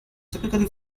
typically